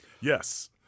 Yes